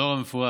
לאור המפורט,